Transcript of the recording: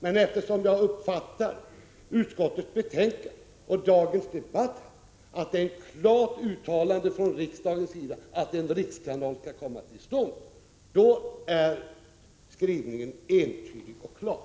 Men eftersom jag har uppfattat utskottets betänkande och dagens debatt så, att det blir ett klart uttalande från riksdagen att en rikskanal skall komma till stånd, anser jag att skrivningen är entydig och klar.